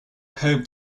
home